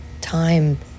time